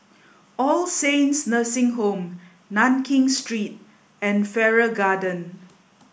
all Saints Nursing Home Nankin Street and Farrer Garden